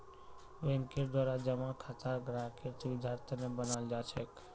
बैंकेर द्वारा जमा खाता ग्राहकेर सुविधार तने बनाल जाछेक